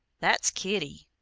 that's kitty.